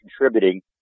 contributing